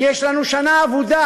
כי יש לנו שנה אבודה.